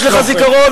יש לך זיכרון.